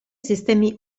sistemi